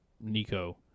Nico